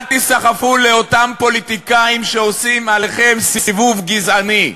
אל תיסחפו לאותם פוליטיקאים שעושים עליכם סיבוב גזעני.